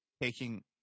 taking